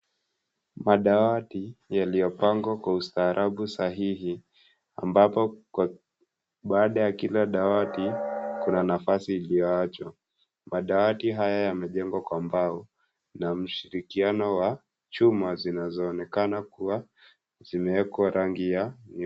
Madawati yaliyopangwa kwa ustaarabu sahihi ambapo baada ya kila dawati kuna nafasi iliyoachwa. Madawati haya yamejengwa kwa mbao na mshirikiano wa chuma zinazoonekana kuwa zimewekwa rangi ya buluu.